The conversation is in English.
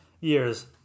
years